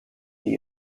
the